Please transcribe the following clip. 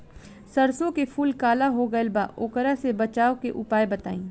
सरसों के फूल काला हो गएल बा वोकरा से बचाव के उपाय बताई?